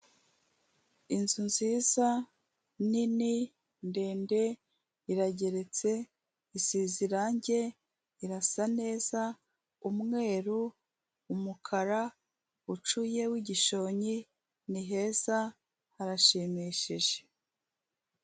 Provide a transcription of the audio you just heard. Inzu nziza nini ndende irageretse isize irangi, irasa neza, umweru, umukara ucuye w'igishonyi ni heza harashimishije.